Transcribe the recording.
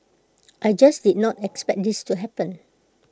I just did not expect this to happen